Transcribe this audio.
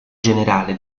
generale